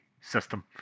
system